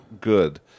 good